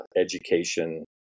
education